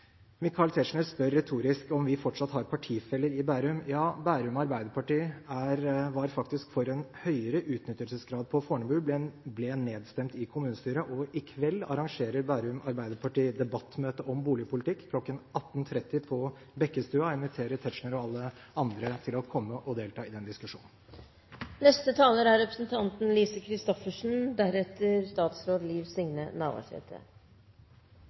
Michael Tetzschner spør retorisk om vi fortsatt har partifeller i Bærum. Bærum Arbeiderparti var faktisk for en høyere utnyttelsesgrad på Fornebu, men ble nedstemt i kommunestyret. I kveld arrangerer Bærum Arbeiderparti debattmøte om boligpolitikk kl. 18.30 på Bekkestua. Jeg inviterer Tetzschner og alle andre til å komme og delta i den diskusjonen. Jeg vil bare veldig raskt gi et tilsvar til Gjermund Hagesæter, hvor han sier at når riksløven er